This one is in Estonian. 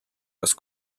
kas